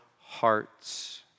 hearts